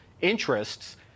interests